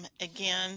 Again